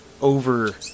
over